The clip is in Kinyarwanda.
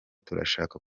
turashaka